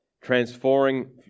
transforming